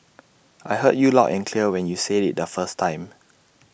I heard you loud and clear when you said IT the first time